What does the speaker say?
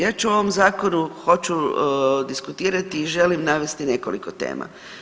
Ja ću o ovom zakonu, hoću diskutirati i želim navesti nekoliko tema.